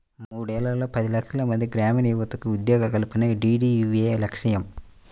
మూడేళ్లలో పది లక్షలమంది గ్రామీణయువతకు ఉద్యోగాల కల్పనే డీడీయూఏవై లక్ష్యం